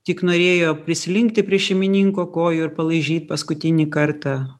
tik norėjo prislinkti prie šeimininko kojų ir palaižyt paskutinį kartą